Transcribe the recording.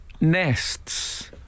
Nests